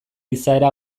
izaera